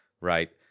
right